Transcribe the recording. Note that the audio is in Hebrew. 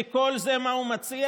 וכל זה, מה הוא מציע?